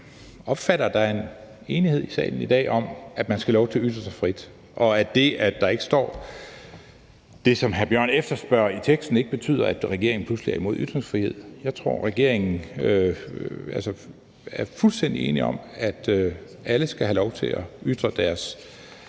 jeg opfatter, at der er en enighed i salen i dag om, at man skal have lov til at ytre sig frit, og at det, at der ikke står det, som hr. Mikkel Bjørn efterspørger, i teksten, ikke betyder, at regeringen pludselig er imod ytringsfrihed. Jeg tror, at regeringen er fuldstændig enig i, at alle skal have lov til at ytre deres